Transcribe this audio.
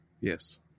yes